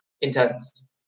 intense